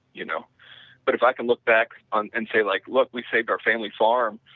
you know but if i can look back and and say like, look, we saved our family farm,